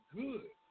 good